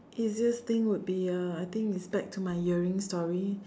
easiest thing would be uh I think it's back to my earring story